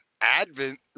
advent